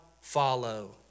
follow